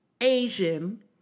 Asian